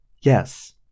Yes